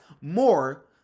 more